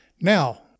Now